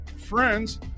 Friends